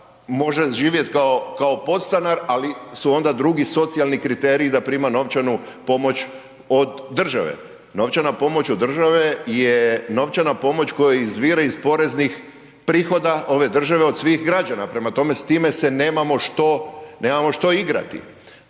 može živjet kao podstanar, ali su ona drugi socijalni kriteriji da prima novčanu pomoć od države. Novčana pomoć od države je novčana pomoć koja izvire iz poreznih prihoda ove države od svih građana, prema tome s time se nemamo što igrati.